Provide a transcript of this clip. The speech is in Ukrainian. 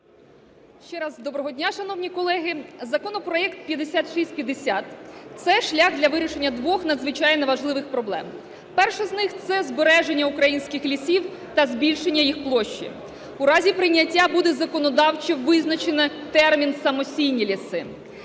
Ще раз, доброго дня, шановні колеги. Законопроект 5650 це шлях для вирішення двох надзвичайно важливих проблем. Перша з них, це збереження українських лісів та збільшення їх площі. У разі прийняття буде законодавчо визначено термін "самосійні ліси".